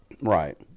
Right